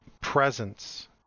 presence